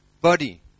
body